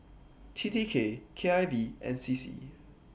T T K K I V and C C